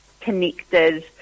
connected